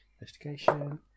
Investigation